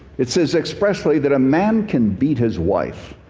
it says expressly that a man can beat his wife.